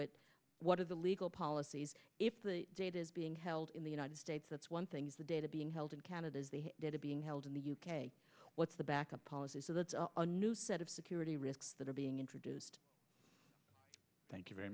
it what are the legal policies if the data is being held in the united states that's one thing is the data being held in canada is the data being held in the u k what's the backup policy so that's a new set of security risks that are being introduced thank you very